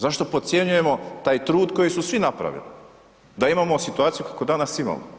Zašto podcjenjujemo taj trud koji su svi napravili da imamo situaciju kakvu danas imamo?